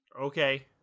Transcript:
Okay